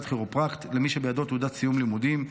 כירופרקט למי שבידו תעודת סיום לימודים,